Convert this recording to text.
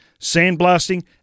sandblasting